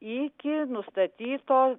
iki nustatyto